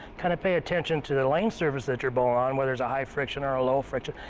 kind of pay attention to the lane surface that you're bowling on, whether there's a high friction or a low friction.